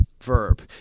Verb